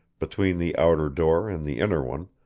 between the outer door and the inner one,